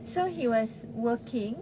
so he was working